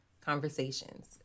conversations